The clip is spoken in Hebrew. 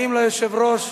האם ליושב-ראש,